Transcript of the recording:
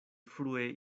frue